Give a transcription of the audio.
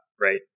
right